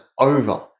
over